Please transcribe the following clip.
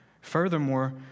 Furthermore